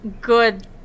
good